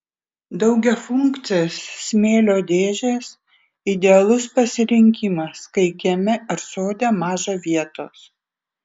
daugiafunkcės smėlio dėžės idealus pasirinkimas kai kieme ar sode maža vietos